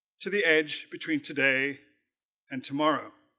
to the edge between today and tomorrow